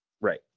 Right